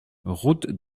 route